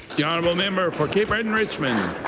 the honourable member for cape breton-richmond.